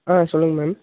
ஆ சொல்லுங்க மேம்